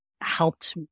helped